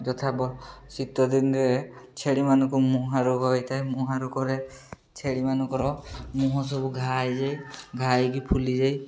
ଯଥା ଶୀତ ଦିନରେ ଛେଳିମାନଙ୍କୁ ମୁହାଁ ରୋଗ ହୋଇଥାଏ ମୁହାଁ ରୋଗରେ ଛେଳିମାନଙ୍କର ମୁହଁ ସବୁ ଘା ହେଇଯାଇ ଘା ହେଇକି ଫୁଲିଯାଏ